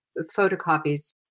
photocopies